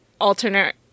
alternate